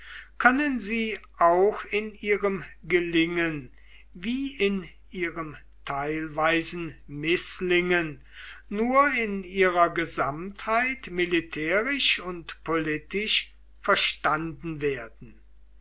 können sie auch in ihrem gelingen wie in ihrem teilweisen mißlingen nur in ihrer gesamtheit militärisch und politisch verstanden werden